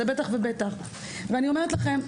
אני אומרת לכם,